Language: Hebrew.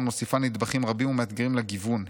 מוסיפה נדבכים רבים ומאתגרים לגיוון,